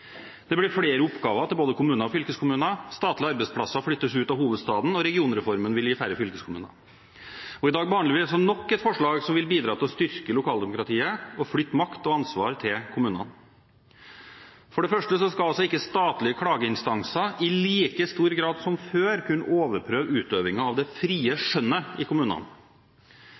det blir flere oppgaver til både kommuner og fylkeskommuner statlige arbeidsplasser flyttes ut av hovedstaden, og regionreformen vil gi færre fylkeskommuner Og i dag behandler vi nok et forslag som vil bidra til å styrke lokaldemokratiet og flytte makt og ansvar til kommunene. For det første skal ikke statlige klageinstanser i like stor grad som før kunne overprøve utøvingen av det frie skjønnet i kommunene.